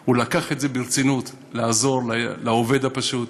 הוא לקח את זה ברצינות, לעזור לעובד הפשוט,